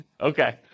Okay